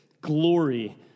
glory